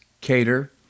Cater